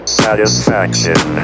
satisfaction